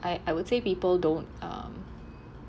I I would say people don't um